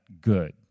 good